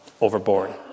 overboard